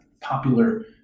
popular